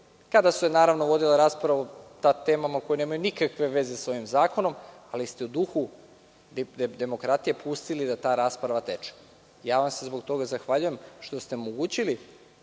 kada se vodila rasprava o temama koje nemaju nikakve veze sa ovim zakonom, ali ste u duhu demokratije pustili da ta rasprava teče i zbog toga vam se zahvaljujem, što ste omogućili